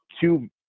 two